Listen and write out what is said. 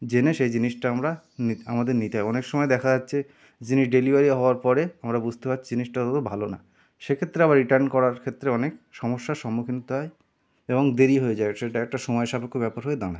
জেনে সেই জিনিসটা আমরা নিত আমাদের নিতে হয় অনেক সময় দেখা যাচ্ছে যিনি ডেলিভারি হওয়ার পরে আমরা বুঝতে পারছি জিনিসটা অতটা ভালো না সে ক্ষেত্রে আবার রিটার্ন করার ক্ষেত্রে অনেক সমস্যার সম্মুখীন হতে হয় এবং দেরি হয়ে যায় সেটা একটা সময় সাপেক্ষ ব্যাপার হয়ে দাঁড়ায়